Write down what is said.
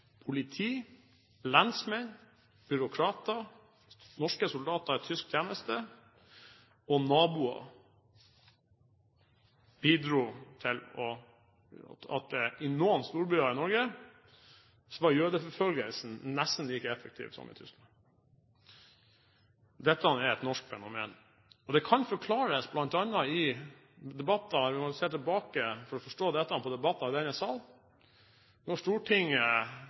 Politi, lensmenn, byråkrater, norske soldater i tysk tjeneste, og naboer, bidro til at jødeforfølgelsen i noen byer i Norge var nesten like effektiv som i Tyskland. Dette er et norsk fenomen, og det kan forklares bl.a. om man ser tilbake på debatter i denne sal, når Stortinget